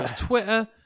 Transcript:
Twitter